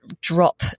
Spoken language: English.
drop